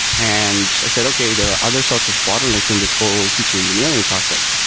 and i said, okay. there are other sorts of bottlenecks in this whole feature engineering process.